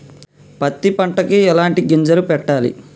పత్తి పంటకి ఎలాంటి గింజలు పెట్టాలి?